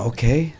Okay